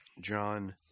John